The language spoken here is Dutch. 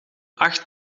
acht